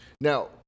now